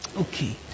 Okay